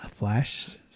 flash